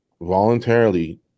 voluntarily